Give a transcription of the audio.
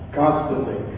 constantly